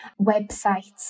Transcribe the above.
websites